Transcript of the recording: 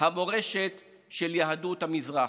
המורשת של יהדות המזרח.